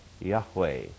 Yahweh